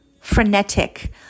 frenetic